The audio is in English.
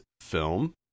film